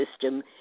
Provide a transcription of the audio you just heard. system